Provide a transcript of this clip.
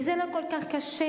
וזה לא כל כך קשה,